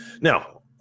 Now